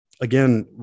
Again